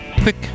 quick